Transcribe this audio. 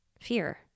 Fear